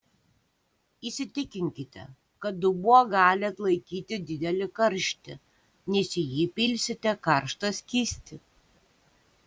įsitikinkite kad dubuo gali atlaikyti didelį karštį nes į jį pilsite karštą skystį